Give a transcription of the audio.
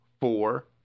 four